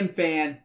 fan